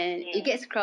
mm